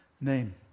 name